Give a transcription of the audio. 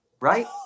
right